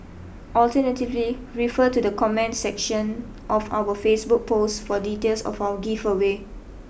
alternatively refer to the comments section of our Facebook post for details of our give away